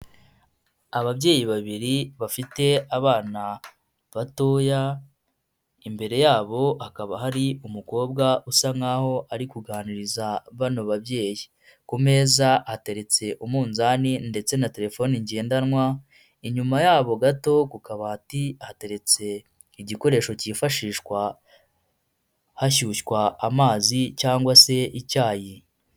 Ababyeyi babiri bafite abana batoya, imbere yabo hakaba hari umukobwa usa nkaho ari kuganiriza bano babyeyi. Ku meza hateretse umunzani ndetse na telefone ngendanwa, inyuma yabo gato ku kabati hateretse igikoresho cyifashishwa hashyushywa amazi cyangwa se icyayi.